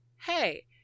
Hey